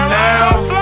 now